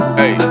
hey